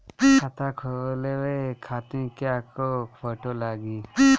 खाता खोले खातिर कय गो फोटो लागी?